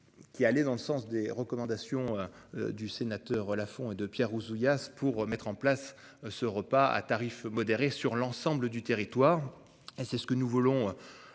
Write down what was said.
Qui allait dans le sens des recommandations. Du sénateur Lafont et de Pierre Ouzoulias pour mettre en place ce repas à tarif modéré sur l'ensemble du territoire et c'est ce que nous voulons.